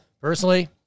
personally